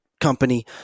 company